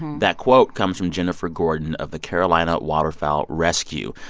that quote comes from jennifer gordon of the carolina waterfowl rescue.